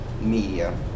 media